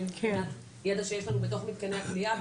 ואם זה מבחינת ידע שיש לנו מתוך מתקני הכליאה,